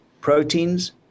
proteins